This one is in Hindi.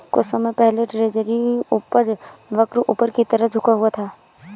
कुछ समय पहले ट्रेजरी उपज वक्र ऊपर की तरफ झुका हुआ था